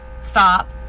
stop